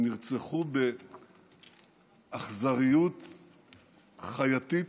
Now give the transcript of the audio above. הם נרצחו באכזריות חייתית,